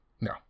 No